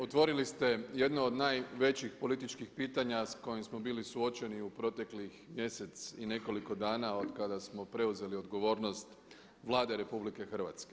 Otvorili ste jedno od najvećih političkih pitanja s kojim smo bili suočeni u proteklih mjesec i nekoliko dana od kada smo preuzeli odgovornost Vlade RH.